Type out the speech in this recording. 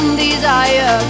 desire